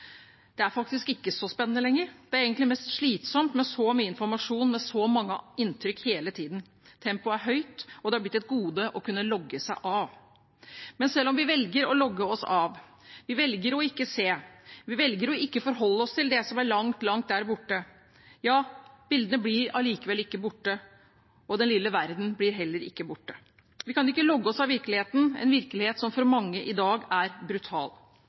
Det er faktisk ikke så spennende lenger. Det er egentlig mest slitsomt med så mye informasjon, med så mange inntrykk hele tiden. Tempoet er høyt, og det er blitt et gode å kunne logge seg av. Men selv om vi velger å logge oss av, velger å ikke se og velger å ikke forholde oss til det som er langt, langt der borte, blir bildene likevel ikke borte, og den lille verden blir heller ikke borte. Vi kan ikke logge oss av virkeligheten, en virkelighet som for mange i dag er brutal.